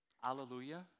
hallelujah